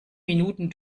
minuten